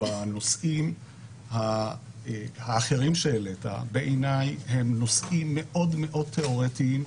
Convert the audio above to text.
הנושאים האחרים שהעלית הם נושאים מאוד מאוד תיאורטיים,